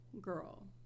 girl